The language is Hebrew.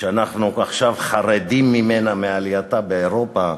שאנחנו עכשיו חרדים ממנה, מעלייתה באירופה,